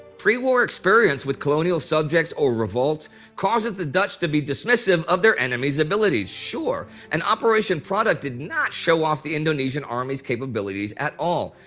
pre-war experience with colonial subjects or revolts causes the dutch to be dismissive of their enemies' abilities, sure, and operation product didn't show off the indonesian army's capabilities at all,